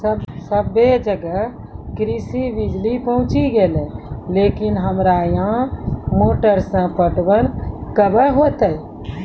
सबे जगह कृषि बिज़ली पहुंची गेलै लेकिन हमरा यहाँ मोटर से पटवन कबे होतय?